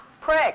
Prick